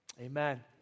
Amen